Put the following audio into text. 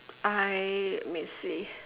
I let me see